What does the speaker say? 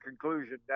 conclusion